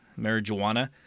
marijuana